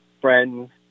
friends